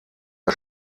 der